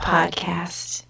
Podcast